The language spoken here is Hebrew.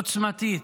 עוצמתית,